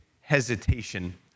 hesitation